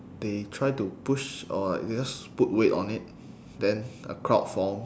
they try to push or you can just put weight on it then a crowd forms